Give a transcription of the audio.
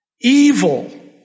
Evil